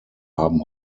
haben